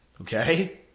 okay